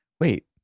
wait